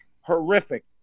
horrific